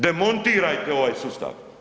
Demontirajte ovaj sustav.